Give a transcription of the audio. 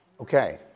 Okay